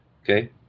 Okay